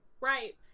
Right